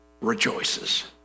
rejoices